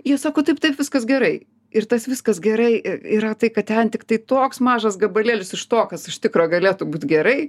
jie sako taip taip viskas gerai ir tas viskas gerai yra tai kad ten tiktai toks mažas gabalėlis iš to kas iš tikro galėtų būt gerai